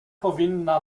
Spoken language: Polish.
powinna